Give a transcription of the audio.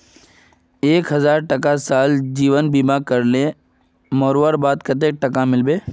एक हजार टका साल जीवन बीमा करले मोरवार बाद कतेक टका मिलबे?